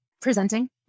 presenting